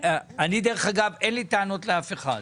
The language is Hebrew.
דרך אגב, אין לי טענות לאף אחד.